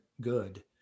good